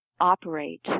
operate